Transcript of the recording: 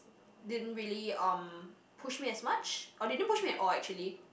didn't really um push me as much or they didn't push me at all actually